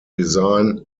design